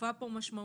התקופה פה משמעותית.